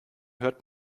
hört